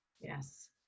Yes